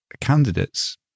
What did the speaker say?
candidates